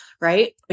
right